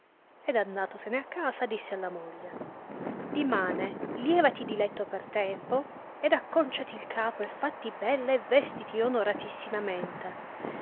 vederete ed andatosene a casa disse alla moglie dimane lievati di letto per tempo ed acconciati il capo e fatti bella e vestiti onoratissimamente